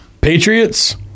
Patriots